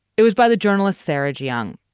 it was by the journalist sara gyung.